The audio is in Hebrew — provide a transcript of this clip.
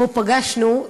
שבו פגשנו,